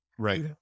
Right